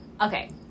Okay